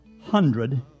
hundred